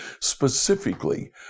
Specifically